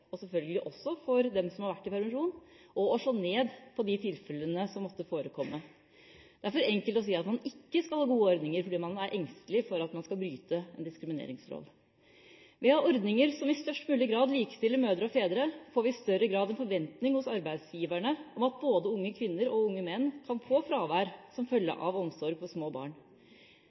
og selvfølgelig også for dem som har vært i permisjon – og å slå ned på de tilfellene som måtte forekomme. Det er for enkelt å si at man ikke skal ha gode ordninger fordi man er engstelig for å bryte en diskrimineringslov. Ved å ha ordninger som i størst mulig grad likestiller mødre og fedre får vi i større grad en forventning hos arbeidsgiverne om at både unge kvinner og unge menn kan få fravær som følge av omsorg for små barn.